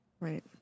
Right